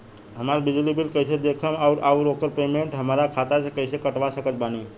हमार बिजली बिल कईसे देखेमऔर आउर ओकर पेमेंट हमरा खाता से कईसे कटवा सकत बानी?